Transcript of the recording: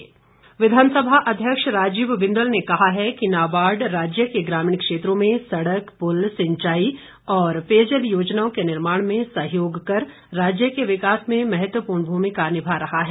नाबार्ड विधानसभा अध्यक्ष राजीव बिंदल ने कहा है कि नाबार्ड राज्य के ग्रामीण क्षेत्रों में सड़क पुल सिंचाई और पेयजल योजनाओं के निर्माण में सहयोग कर राज्य के विकास में महत्वपूर्ण भूमिका निभा रहा है